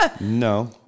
no